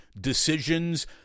decisions